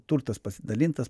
turtas pasidalintas